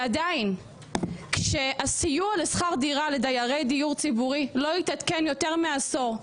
עדיין כאשר הסיוע לשכר דירה לדיירי דיור ציבורי לא התעדכן יותר מעשור,